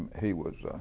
he was